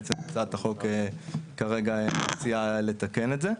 בעצם הצעת החוק כרגע מציעה לתקן את זה.